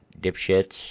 dipshits